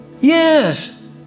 Yes